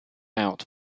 out